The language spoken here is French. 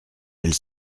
elles